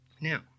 Now